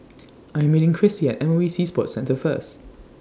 I Am meeting Krissy At M O E Sea Sports Centre First